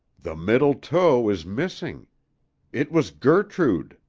the middle toe is missing it was gertrude!